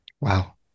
Wow